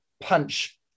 punch